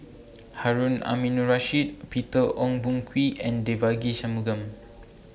Harun Aminurrashid Peter Ong Boon Kwee and Devagi Sanmugam